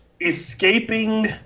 escaping